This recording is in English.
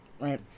right